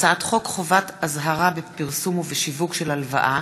הצעת חוק חובת אזהרה בפרסום ובשיווק של הלוואה